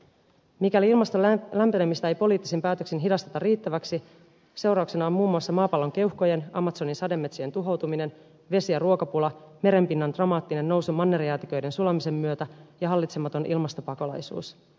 mikäli ilmaston lämpenemistä ei poliittisin päätöksin hidasteta riittäväksi seurauksena on muun muassa maapallon keuhkojen amazonin sademetsien tuhoutuminen vesi ja ruokapula merenpinnan dramaattinen nousu mannerjäätiköiden sulamisen myötä ja hallitsematon ilmastopakolaisuus